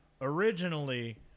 originally